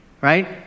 right